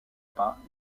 pas